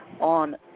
on